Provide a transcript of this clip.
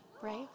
Right